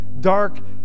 dark